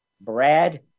Brad